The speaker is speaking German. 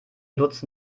lutz